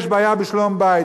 יש בעיה בשלום בית,